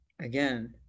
again